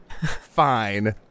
fine